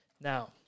Now